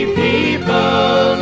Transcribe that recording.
people